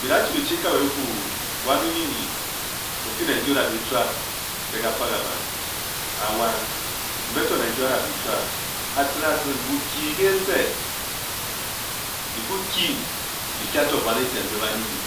Be da chi be chi kabe nbi-fu wan onyinyin o-fe ne nki o-da be e-chuap ke ka fagabang, a-wangi, mbe to mbe ne nki ba da be chuap, a-tcenyring a-cenying, bukyii nbukese be ku kyi be kye to buen mbe ba nyinyin.